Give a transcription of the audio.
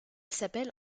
s’appelle